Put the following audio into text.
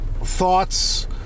thoughts